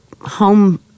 home